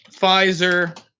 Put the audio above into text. Pfizer